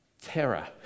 Terror